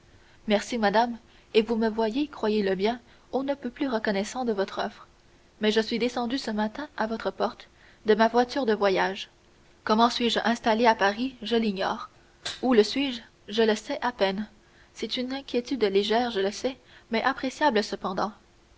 merci madame et vous me voyez croyez-le bien on ne peut plus reconnaissant de votre offre mais je suis descendu ce matin à votre porte de ma voiture de voyage comment suis-je installé à paris je l'ignore où le suis-je je le sais à peine c'est une inquiétude légère je le sais mais appréciable cependant